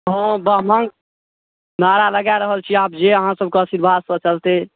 हाँ ब्राह्मण नारा लगा रहल छी आब जे अहाँ सबके आशीर्वादसँ चलतै